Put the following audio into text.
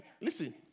listen